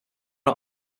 out